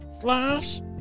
Flash